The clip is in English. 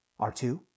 R2